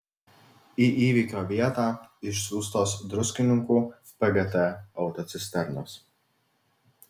į įvykio vietą išsiųstos druskininkų pgt autocisternos